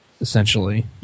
essentially